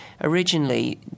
originally